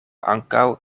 ankaŭ